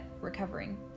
recovering